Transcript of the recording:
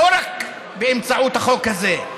לא רק באמצעות החוק הזה.